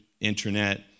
internet